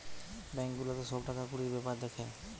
bank গুলাতে সব টাকা কুড়ির বেপার দ্যাখে